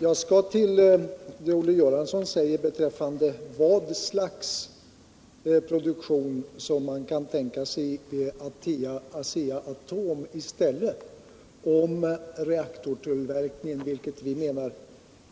Herr talman! Olle Göransson frågar vad slags produktion man kan tänka sig i Asea-Atom i stället för reaktortillverkningen om den